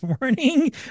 morning